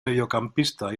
mediocampista